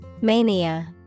Mania